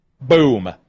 boom